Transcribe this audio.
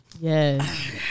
Yes